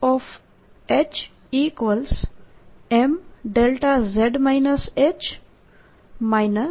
H M M થશે